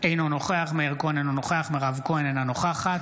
אינו נוכח שרן מרים השכל, אינה נוכחת